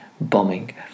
bombing